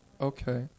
Okay